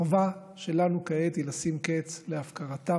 והחובה שלנו כעת היא לשים קץ להפקרתם.